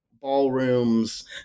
ballrooms